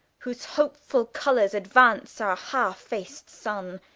whose hopefull colours aduance our halfe-fac'd sunne,